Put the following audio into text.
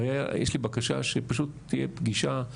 יש לי בקשה, שפשוט שתהיה פגישה.